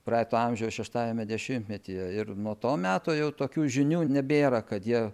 praeito amžiaus šeštajame dešimtmetyje ir nuo to meto jau tokių žinių nebėra kad jie